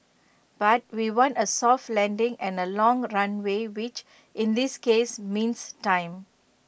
but we want A soft landing and A long runway which in this case means time